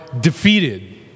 defeated